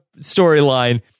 storyline